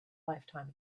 lifetime